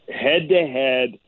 head-to-head